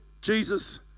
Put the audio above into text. Jesus